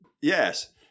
yes